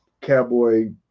cowboy